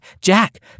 Jack